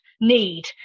need